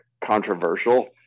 controversial